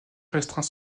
restreint